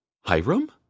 Hiram